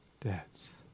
debts